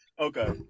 Okay